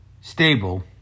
stable